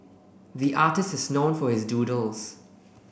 the artist is known for his doodles